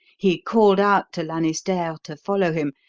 he called out to lanisterre to follow him,